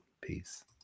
Peace